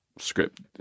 Script